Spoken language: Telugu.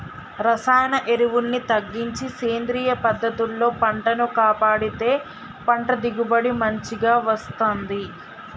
రసాయన ఎరువుల్ని తగ్గించి సేంద్రియ పద్ధతుల్లో పంటను కాపాడితే పంట దిగుబడి మంచిగ వస్తంది